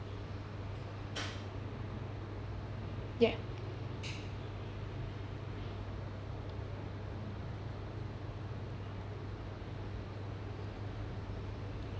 ya